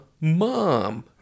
mom